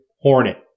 hornet